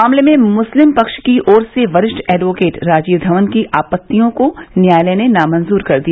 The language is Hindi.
मामले में मुस्लिम पक्ष की ओर से वरिष्ठ एडवोकेट राजीव धवन की आपतियों को न्यायालय ने नामंजूर कर दिया